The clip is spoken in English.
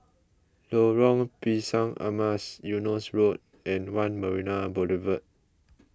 Lorong Pisang Emas Eunos Road and one Marina Boulevard